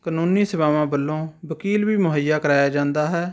ਕਾਨੂੰਨੀ ਸੇਵਾਵਾਂ ਵੱਲੋਂ ਵਕੀਲ ਵੀ ਮਹੁੱਈਆ ਕਰਾਇਆ ਜਾਂਦਾ ਹੈ